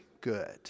good